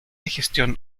gestión